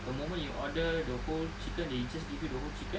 the moment you order the whole chicken they just give you the whole chicken